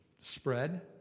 spread